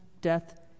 death